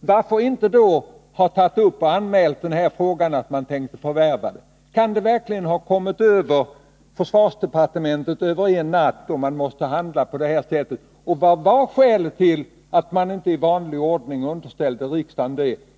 Varför har man då inte anmält att man tänkte förvärva fastigheten? Kan det verkligen ha kommit över försvarsdepartementet över en natt, så att man måste handla på det här sättet? Vilket var skälet till att man inte i vanlig ordning underställde riksdagen detta?